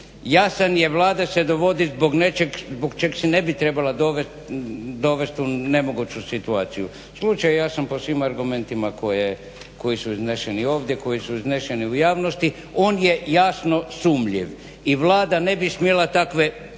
Jasan je, Vlada se dovodi zbog nečeg zbog čeg se ne bi trebala dovest u nemoguću situaciju. Slučaj je jasan po svim argumentima koji su izneseni ovdje, koji su izneseni u javnosti, on je jasno sumnjiv. I Vlada ne bi smjela takve